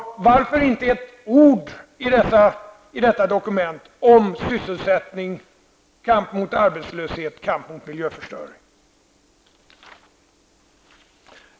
Varför finns det i detta dokument inte ett ord om sysselsättning, kamp mot arbetslöshet och kamp mot miljöförstöring?